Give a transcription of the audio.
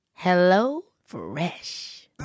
HelloFresh